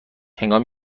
هنگامی